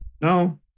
No